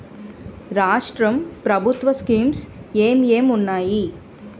రాష్ట్రం ప్రభుత్వ స్కీమ్స్ ఎం ఎం ఉన్నాయి?